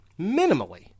minimally